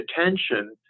attention